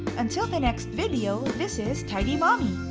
until the next video, this is tidy mommy,